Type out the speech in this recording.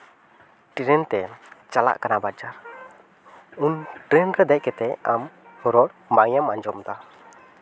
train ᱛᱮ ᱪᱟᱞᱟᱜ ᱠᱟᱱᱟ ᱵᱟᱡᱟᱨ ᱩᱱ ᱴᱨᱮᱹᱱ ᱨᱮ ᱫᱮᱡ ᱠᱟᱛᱮᱫ ᱟᱢ ᱨᱚᱲ ᱵᱟᱝ ᱮᱢ ᱟᱸᱡᱚᱢᱫᱟ